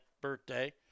birthday